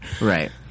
Right